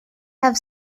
have